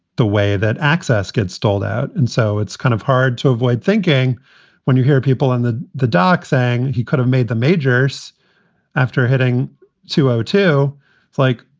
the way that access gets doled out. and so it's kind of hard to avoid thinking when you hear people and in the dock saying he could have made the majors after hitting two oh two. it's like,